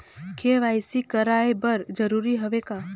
KYC कराय बर जरूरी हवे का?